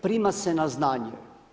Prima se na znanje.